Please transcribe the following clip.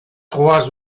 trois